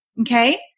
Okay